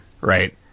Right